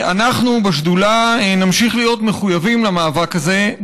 ואנחנו בשדולה נמשיך להיות מחויבים למאבק הזה.